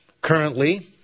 Currently